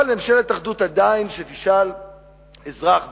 אבל עדיין כשתשאל אזרח ברחוב: